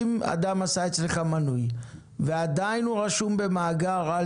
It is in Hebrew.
אם אדם עשה אצלך מנוי ועדיין הוא רשום במאגר "אל